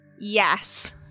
Yes